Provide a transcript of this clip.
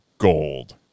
Gold